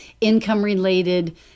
income-related